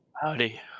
Howdy